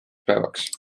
päevaks